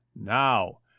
now